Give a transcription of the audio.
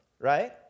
right